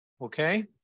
Okay